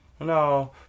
No